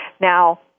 Now